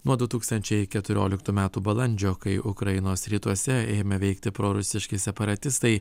nuo du tūkstančiai keturioliktų metų balandžio kai ukrainos rytuose ėmė veikti prorusiški separatistai